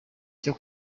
cyo